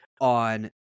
on